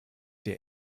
der